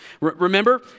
Remember